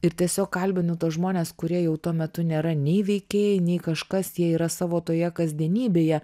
ir tiesiog kalbini tuos žmones kurie jau tuo metu nėra nei veikėjai nei kažkas jie yra savo toje kasdienybėje